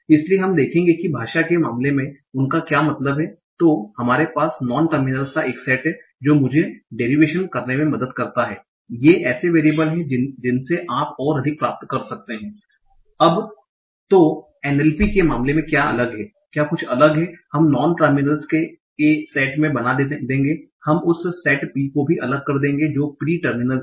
इसलिए हम देखेंगे कि भाषा के मामले में उनका क्या मतलब है तो हमारे पास नॉन टर्मिनल्स का एक सेट है जो मुझे डेरिवेशन करने में मदद करता है ये ऐसे वेरियबल हैं जिनसे आप और अधिक प्राप्त कर सकते हैं संदर्भ समय 1536 अब तो NLP के मामले में क्या अलग है क्या कुछ अलग है हम नॉन टर्मिनल्स के सेट में बना देंगे हम उस सेट P को भी अलग कर देंगे जो प्री टर्मिनल्स हैं